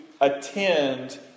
attend